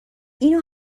اینو